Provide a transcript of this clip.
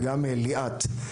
וגם ליאת אליהו סבאן,